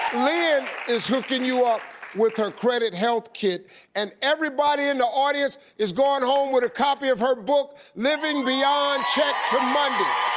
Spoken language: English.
lynn is hooking you up with her credit health kit and everybody in the audience is going home with a copy of her book living beyond check to monday.